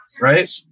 right